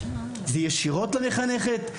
זה ישירות למחנכת?